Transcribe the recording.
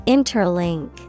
Interlink